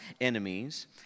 enemies